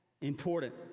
important